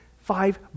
Five